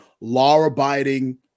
law-abiding